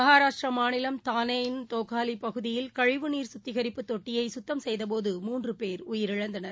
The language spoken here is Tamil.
மகாராஷ்டிரா மாநிலம் தானே யின் தோக்காலி பகுதியில் கழிவுநீர் கத்திகரிப்பு தொட்டியை கத்தம் செய்தபோது மூன்று பேர் உயிரிழந்தனர்